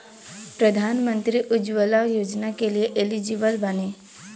प्रधानमंत्री उज्जवला योजना के लिए एलिजिबल बानी?